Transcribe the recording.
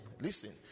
listen